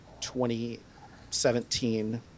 2017